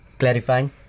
clarifying